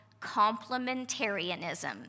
complementarianism